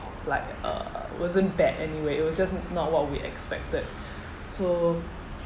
like uh wasn't bad anyway it was just not what we expected so